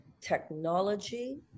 technology